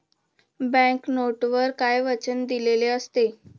Bank नोटवर काय वचन दिलेले असते?